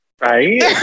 Right